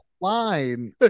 line